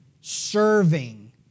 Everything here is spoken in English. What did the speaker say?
Serving